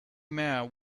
mare